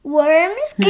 Worms